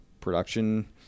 production